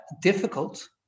difficult